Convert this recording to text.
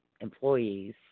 employees